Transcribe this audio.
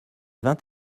vingt